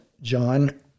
John